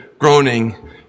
groaning